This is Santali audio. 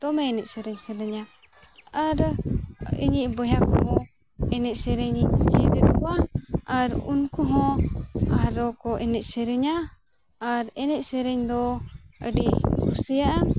ᱫᱚᱢᱮ ᱮᱱᱮᱡᱼᱥᱮᱨᱮᱧ ᱥᱟᱱᱟᱧᱟ ᱟᱨ ᱤᱧᱤᱡ ᱵᱚᱭᱦᱟᱠᱚᱦᱚᱸ ᱮᱱᱮᱡᱼᱥᱮᱨᱮᱧᱤᱧ ᱪᱮᱫ ᱟᱠᱚᱣᱟ ᱟᱨ ᱩᱱᱠᱚᱦᱚᱸ ᱟᱨᱦᱚᱸᱠᱚ ᱮᱱᱮᱡᱼᱥᱮᱨᱮᱧᱟ ᱟᱨ ᱮᱱᱮᱡᱼᱥᱮᱨᱮᱧᱫᱚ ᱟᱹᱰᱤᱧ ᱠᱩᱥᱤᱭᱟᱜᱼᱟ